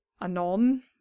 anon